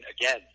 again